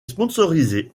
sponsorisé